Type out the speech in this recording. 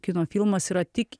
kino filmas yra tik